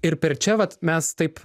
ir per čia vat mes taip